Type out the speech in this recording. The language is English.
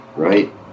Right